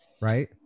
right